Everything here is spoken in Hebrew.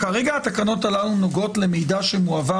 כרגע התקנות הללו נוגעות למידע שמועבר